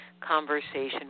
conversation